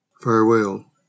Farewell